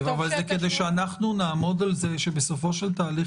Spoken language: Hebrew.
אבל זה כדי שנעמוד על זה שבסופו של תהליך